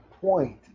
point